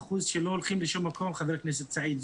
70% שלא הולכים לשום מקום, חבר הכנסת סעיד.